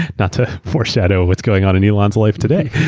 not to foreshadow what's going on in elon's life today,